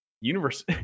universe